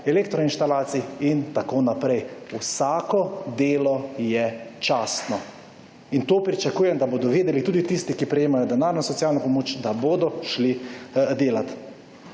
elektro inštalacij in tako naprej. Vsako delo je častno. In to pričakujem, da bodo vedeli tudi tisti, ki prejemajo denarno socialno pomoč, da bodo šli delati.